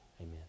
Amen